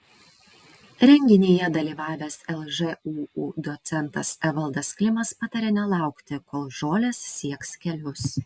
renginyje dalyvavęs lžūu docentas evaldas klimas patarė nelaukti kol žolės sieks kelius